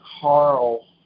Carl